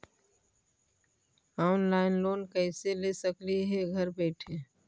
Online loan कैसे ले सकली हे घर बैठे?